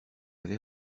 avait